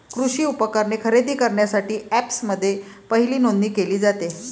कृषी उपकरणे खरेदी करण्यासाठी अँपप्समध्ये पहिली नोंदणी केली जाते